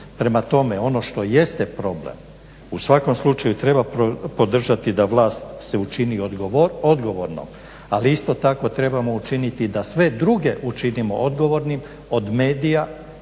Prema tome ono što jeste problem u svakom slučaju treba podržati da vlast se učini odgovornom ali isto tako trebamo učiniti da sve druge učinimo odgovornim od medija,